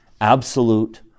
absolute